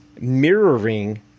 mirroring